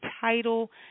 title